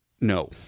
no